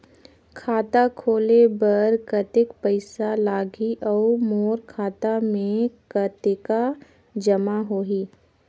खाता खोले बर कतेक पइसा लगही? अउ मोर खाता मे कतका जमा होही?